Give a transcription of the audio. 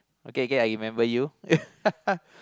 okay okay I remember you